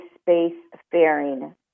space-faring